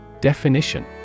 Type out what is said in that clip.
Definition